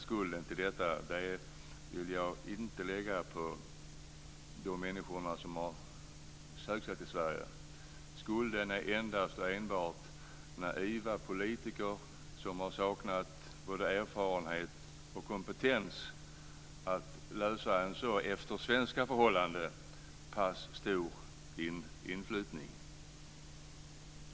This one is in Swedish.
Skulden till detta vill jag inte lägga på de människor som har sökt sig till Sverige. Skulden bär endast och enbart naiva politiker som har saknat både erfarenhet och kompetens att lösa en, efter svenska förhållanden, så pass stor inflyttning.